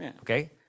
Okay